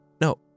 No